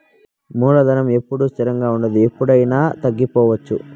మూలధనం ఎప్పుడూ స్థిరంగా ఉండదు ఎప్పుడయినా తగ్గిపోవచ్చు